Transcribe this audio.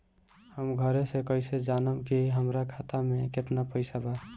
हम घरे से कैसे जानम की हमरा खाता मे केतना पैसा बा?